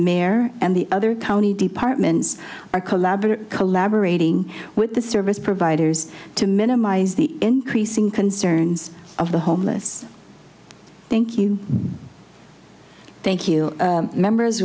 mayor and the other county departments are collaborating collaborating with the service providers to minimize the increasing concerns of the homeless thank you thank you members